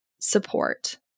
support